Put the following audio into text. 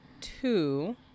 two